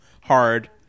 hard